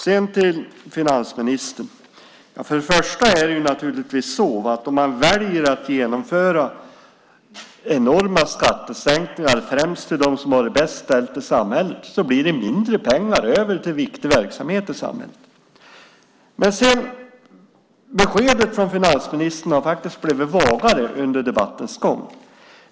Sedan vill jag vända mig till finansministern. Om man väljer att genomföra enorma skattesänkningar, främst för dem som har det bäst ställt i samhället, blir det naturligtvis mindre pengar över till viktig verksamhet. Beskedet från finansministern har faktiskt blivit vagare under debattens gång.